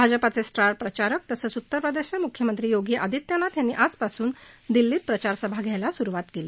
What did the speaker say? भाजपाचे स्टार प्रचारक तसंच उत्तर प्रदेशचे मुख्यमंत्री योगी आदित्यनाथ यांनी आज पासून दिल्लीत प्रचारसभा घेण्यास सुरुवात केली